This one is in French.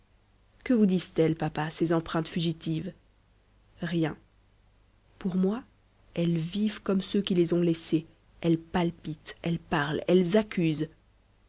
que vous disent-elles papa ces empreintes fugitives rien pour moi elles vivent comme ceux qui les ont laissées elles palpitent elles parlent elles accusent